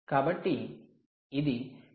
కాబట్టి ఇది 0